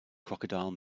crocodile